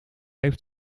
heeft